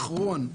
קרוהן,